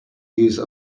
use